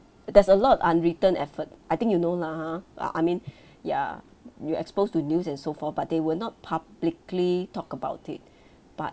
there's a lot of unwritten effort I think you know lah !huh! I mean ya you're exposed to news and so forth but they will not publicly talk about it but